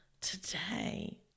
today